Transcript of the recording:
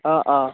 অ অ